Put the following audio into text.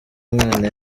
mwana